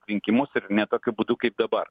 rinkimus ir ne tokiu būdu kaip dabar